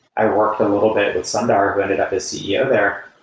i worked a little bit with sundar, who ended up as ceo there.